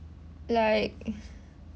like